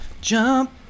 jump